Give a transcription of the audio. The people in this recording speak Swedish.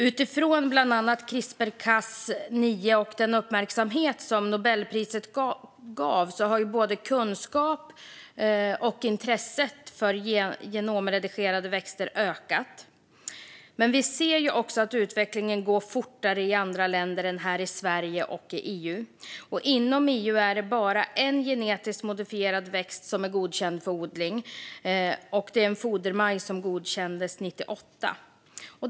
Utifrån bland annat CRISPR-Cas9 och den uppmärksamhet som Nobelpriset gav har både kunskapen om och intresset för genomredigerade växter ökat, men vi ser också att utvecklingen går fortare i andra länder än här i Sverige och i EU. Inom EU är det bara en genetiskt modifierad växt som är godkänd för odling, och det är en fodermajs som godkändes 1998.